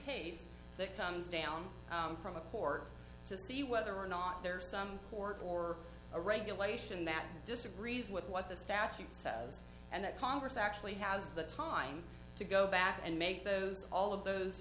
case that comes down from a court to see whether or not there's some court or a regulation that disagrees with what the statute says and that congress actually has the time to go back and make those all of those